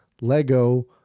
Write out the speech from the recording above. Lego